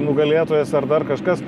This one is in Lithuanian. nugalėtojas ar dar kažkas